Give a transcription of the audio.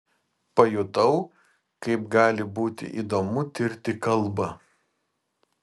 pajutau kaip gali būti įdomu tirti kalbą